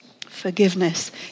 Forgiveness